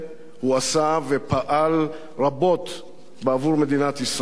הוא עשה ופעל רבות בעבור מדינת ישראל.